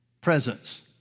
presence